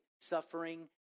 suffering